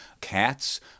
cats